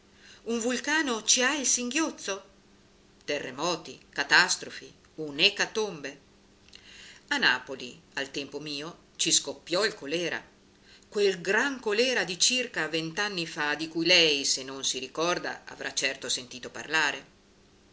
un vulcano ci ha il singhiozzo terremoti catastrofi un'ecatombe a napoli al tempo mio ci scoppiò il colera quel gran colera di circa vent'anni fa di cui lei se non si ricorda avrà certo sentito parlare